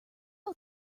out